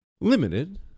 limited